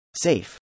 safe